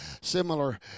similar